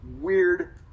weird